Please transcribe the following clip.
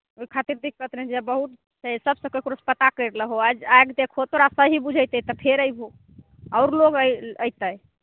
ओहि खातिर दिक्कत नहि छै एहिजा बहुत छै सबसऽ केकरो सऽ पता कैरि लहो एहिजा आइके देखहो तोरा सही बुझैतै तऽ फेर अयबहो और लोग ऐल ऐतै